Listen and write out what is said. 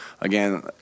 again